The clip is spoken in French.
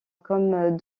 comme